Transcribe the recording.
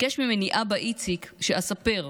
ביקש ממני אבא איציק שאספר כאן,